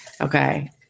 Okay